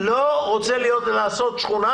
לא רוצה לעשות שכונה.